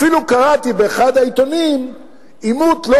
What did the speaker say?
אפילו קראתי באחד העיתונים על עימות לא